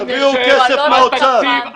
תביאו כסף מהאוצר.